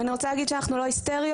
אני רוצה להגיד שאנחנו לא היסטריות,